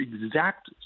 exact